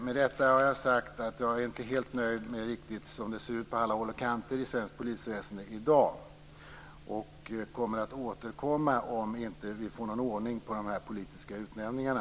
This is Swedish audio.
Med detta har jag sagt att jag inte är helt nöjd med hur det ser ut på alla håll och kanter i svenskt polisväsende i dag. Jag kommer att återkomma om vi inte får någon ordning på de här politiska utnämningarna.